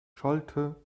schallte